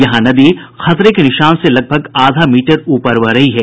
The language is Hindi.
यहां नदी खतरे के निशान से लगभग आधा मीटर ऊपर बह रही है